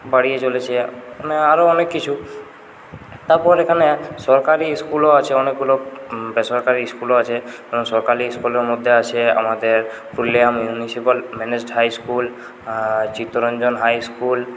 বাড়িয়ে চলেছে আরও অনেক কিছু তারপর এখানে সরকারি স্কুলও আছে অনেকগুলো বেসরকারি স্কুলও আছে এবং সরকারি স্কুলের মধ্যে আছে আমাদের পুরুলিয়া মিউনিসিপাল হাই স্কুল আর চিত্তরঞ্জন হাই স্কুল